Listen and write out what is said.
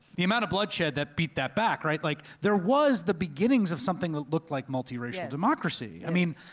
the amount of bloodshed that beat that back, right? like there was the beginnings of something that looked like multiracial democracy. i mean,